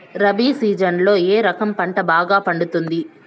రబి సీజన్లలో ఏ రకం పంట బాగా పండుతుంది